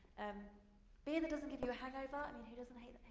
um beer that doesn't give you a hangover, i mean, who doesn't hate.